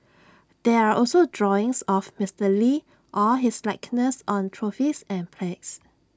there are also drawings of Mister lee or his likeness on trophies and plagues